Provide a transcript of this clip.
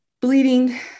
bleeding